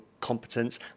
competence